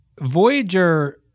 Voyager